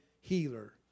healer